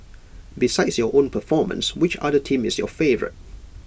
besides your own performance which other team is your favourite